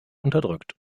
unterdrückt